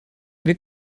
wir